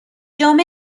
جامد